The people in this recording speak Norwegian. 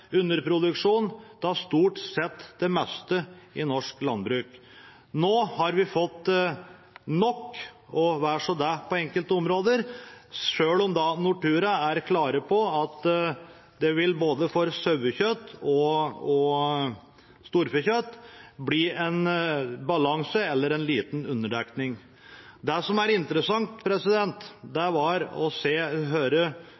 underproduksjon av stort sett det meste i norsk landbruk. Nå har vi fått nok og vel så det på enkelte områder, selv om Nortura er klare på at det for både sauekjøtt og storfekjøtt vil bli en balanse eller en liten underdekning. Det var interessant å høre representanten Pollestad si at overproduksjon er